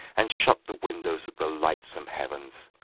and shut the windows of the lightsome heavens!